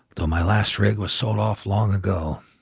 though my last rig was sold off long ago.